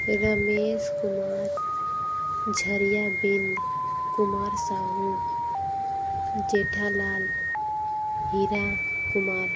Ramesh Kumar Jharia Bind Kumar Sahu Jethalal Hira Kumar